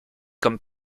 comme